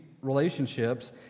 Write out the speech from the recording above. relationships